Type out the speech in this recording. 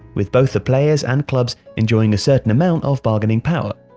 with both the players and clubs enjoying a certain amount of bargaining power.